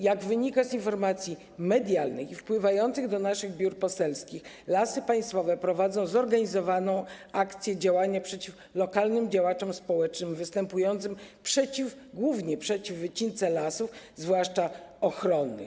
Jak wynika z informacji medialnych i informacji wpływających do naszych biur poselskich, Lasy Państwowe prowadzą zorganizowaną akcję działania przeciw lokalnym działaczom społecznym występującym głównie przeciw wycince lasów, zwłaszcza ochronnych.